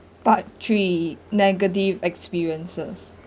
part three negative experiences